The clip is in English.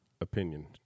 opinion